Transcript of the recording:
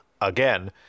again